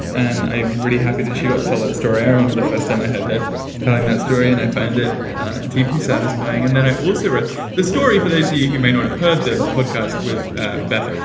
and i'm really happy that she got solid story i remember the first time i heard her telling that story and i find it deeply satisfying. and then i also wrote ah the story for lacy, who may not have heard the podcast with beth.